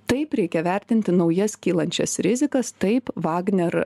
taip reikia vertinti naujas kylančias rizikas taip vagner